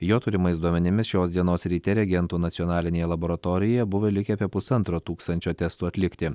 jo turimais duomenimis šios dienos ryte reagentų nacionalinėje laboratorijoje buvo likę apie pusantro tūkstančio testų atlikti